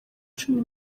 cumi